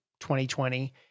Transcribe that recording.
2020